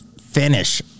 finish